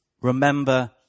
Remember